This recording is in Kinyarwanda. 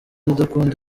udakunda